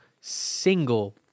single